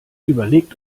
überlegt